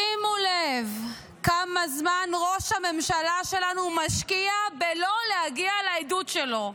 שימו לב כמה זמן ראש הממשלה שלנו משקיע בלא להגיע לעדות שלו.